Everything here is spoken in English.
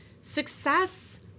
success